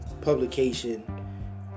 publication